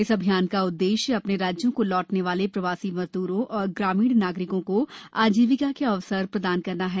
इस अभियान का उद्देश्य अपने राज्यों को लौटने वाले प्रवासी मजदूरों और ग्रामीण नागरिकों को आजीविका के अवसर प्रदान करना है